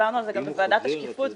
החלטת הממשלה מצורפת.